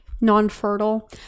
non-fertile